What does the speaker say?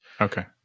okay